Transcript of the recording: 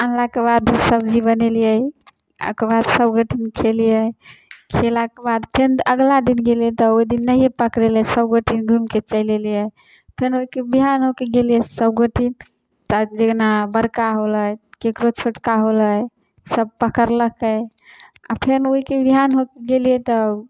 अनलाके बाद सब्जी बनेलियै ओहिके बाद सब गोटे खेलियै खेलाक बाद फेर अगिला दिन गेलियै तऽ ओहि दिन नहिए पकड़ेलै सब गोटे घूमिके चलि एलियै फेर ओहिके बिहान होके गेलियै सब गोटे तऽ जेना बड़का होलै केकरो छोटका होलै सब पकड़लऽकै आ फेर ओहिके बिहान होके गेलियै तऽ